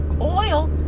oil